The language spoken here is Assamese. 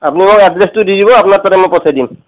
আপ্নি মোক এড্ৰেছটো দি দিব আপ্নাৰ তাতে মই পঠাই দিম